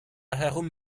herum